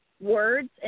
words